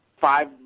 five